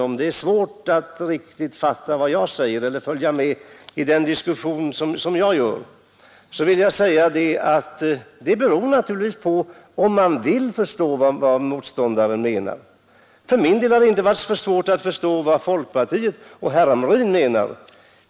Om det är svårt att följa med och riktigt fatta vad jag säger i diskussionen, herr Hamrin, beror det naturligtvis på om man vill följa med och försöka förstå vad motståndaren menar. För min del har det inte varit svårt att förstå vad herr Hamrin och folkpartiet menar.